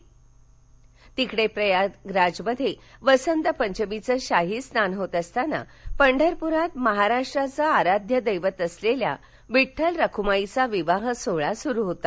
पंढरपर तिकडे प्रयागराजमध्ये वसंतपंचमीचं शाही स्नान होत असताना पंढरपुरात महाराष्ट्राचं आराध्य दैवत असलेल्या विड्ठल रखुमाईचा विवाह सोहळा सुरू होता